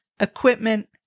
equipment